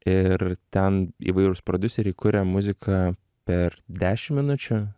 ir ten įvairūs prodiuseriai kuria muziką per dešim minučių